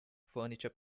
furniture